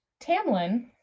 Tamlin-